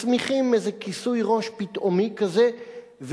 מצמיחים איזה כיסוי ראש פתאומי כזה.